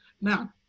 Now